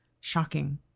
shocking